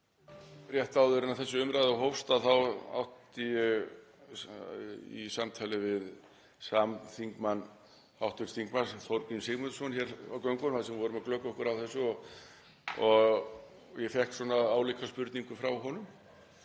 Rétt áður en þessi umræða hófst átti ég í samtali við samþingmann, hv. þm. Þorgrím Sigmundsson, hér á göngunum þar sem við vorum að glöggva okkur á þessu og ég fékk svona álíka spurningu frá honum